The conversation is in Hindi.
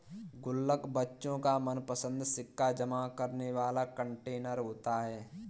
गुल्लक बच्चों का मनपंसद सिक्का जमा करने वाला कंटेनर होता है